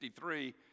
1963